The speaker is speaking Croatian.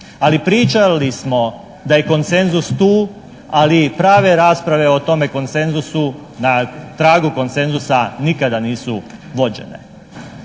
Ali pričali smo da je konsenzus tu, ali i prave rasprave o tome konsenzusu na tragu konsenzusa nikada nisu vođene.